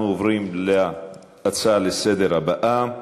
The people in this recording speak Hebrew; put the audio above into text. אנחנו עוברים להצעות לסדר-היום בנושא: